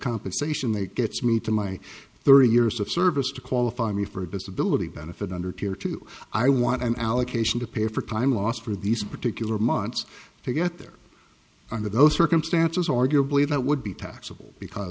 compensation they gets me to my thirty years of service to qualify me for a disability benefit under tier two i want an allocation to pay for time lost for these particular months to get there under those circumstances arguably that would be taxable because